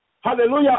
hallelujah